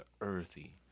earthy